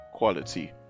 quality